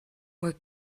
where